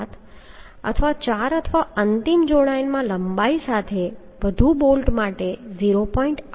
7 અને ચાર અથવા અંતિમ જોડાણમાં લંબાઈ સાથે વધુ બોલ્ટ માટે 0